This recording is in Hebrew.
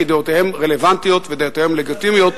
כי דעותיהם רלוונטיות ודעותיהם לגיטימיות,